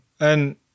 and-